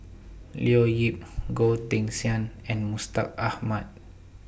Leo Yip Goh Teck Sian and Mustaq Ahmad